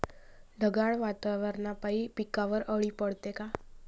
ढगाळ वातावरनापाई पिकावर अळी पडते का?